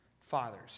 fathers